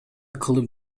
кылып